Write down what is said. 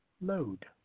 load